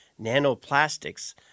nanoplastics